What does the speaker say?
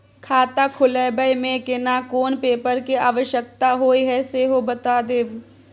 खाता खोलैबय में केना कोन पेपर के आवश्यकता होए हैं सेहो बता देब?